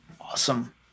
awesome